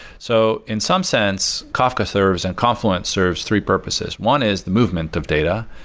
so in some sense, kafka serves and confluent serves three purposes. one is the movement of data.